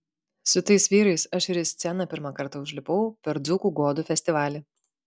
su tais vyrais aš ir į sceną pirmą kartą užlipau per dzūkų godų festivalį